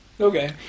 Okay